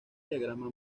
diagrama